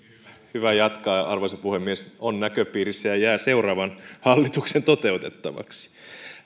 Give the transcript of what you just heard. hyvä jatkaa arvoisa puhemies se on näköpiirissä ja jää seuraavan hallituksen toteutettavaksi